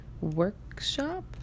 workshop